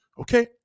okay